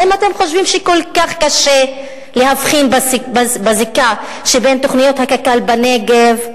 האם אתם חושבים שכל כך קשה להבחין בזיקה של תוכניות הקק"ל בנגב,